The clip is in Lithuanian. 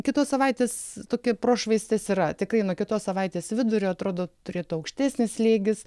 kitos savaitės tokie prošvaistės yra tikrai nuo kitos savaitės vidurio atrodo turėtų aukštesnis slėgis